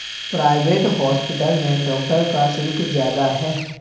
private hospital में doctor का शुल्क ज्यादा है